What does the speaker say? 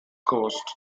coast